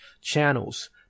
channels